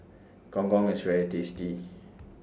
Gong Gong IS very tasty